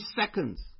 seconds